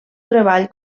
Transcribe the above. treball